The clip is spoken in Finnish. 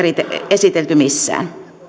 esitelty missään